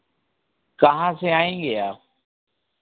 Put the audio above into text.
कहाँ से आएँगे आप